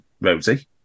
Rosie